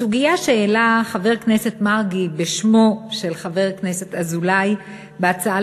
הסוגיה שהעלה חבר הכנסת מרגי בשמו של חבר הכנסת אזולאי בהצעה